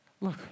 Look